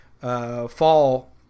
fall